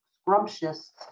scrumptious